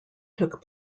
took